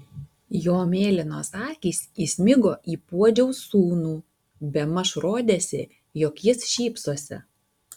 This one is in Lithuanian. jo mėlynos akys įsmigo į puodžiaus sūnų bemaž rodėsi jog jis šypsosi